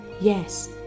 Yes